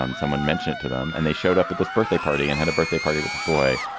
um someone mentioned to them and they showed up at this birthday party and had a birthday party with this boy.